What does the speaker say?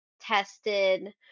tested